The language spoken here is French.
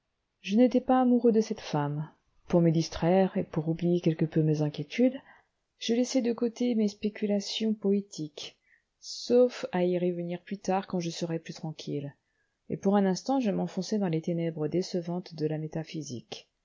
je n'étais pas amoureux de cette femme pour me distraire et pour oublier quelque peu mes inquiétudes je laissai de côté mes spéculations poétiques sauf à y revenir plus tard quand je serais plus tranquille et pour un instant je m'enfonçai dans les ténèbres décevantes de la métaphysique